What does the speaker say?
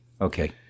Okay